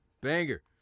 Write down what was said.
Banger